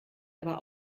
aber